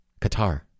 Qatar